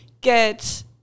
get